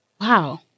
Wow